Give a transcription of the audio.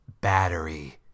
Battery